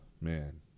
man